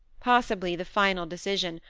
possibly the final decision,